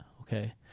okay